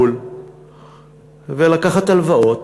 בחוץ-לארץ ולקחת הלוואות,